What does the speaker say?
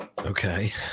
Okay